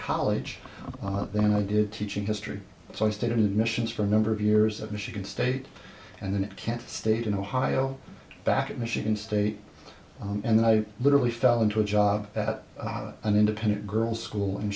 college then i did teaching history so i stayed in missions for a number of years at michigan state and then can't state in ohio back at michigan state and i literally fell into a job at an independent girls school in